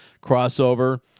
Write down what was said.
crossover